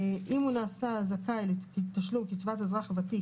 (3)אם נעשה זכאי לתשלום קצבת אזרח ותיק